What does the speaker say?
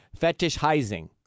fetishizing